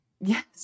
Yes